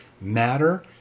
matter